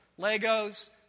Legos